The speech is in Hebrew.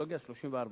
וטכנולוגיה 34 נקודות.